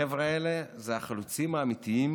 החבר'ה האלה זה החלוצים האמיתיים